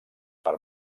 per